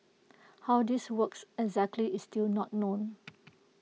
how this works exactly is still not known